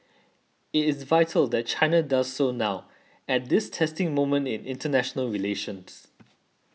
it is vital that China does so now at this testing moment in international relations